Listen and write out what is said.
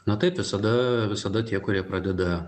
na taip visada visada tie kurie pradeda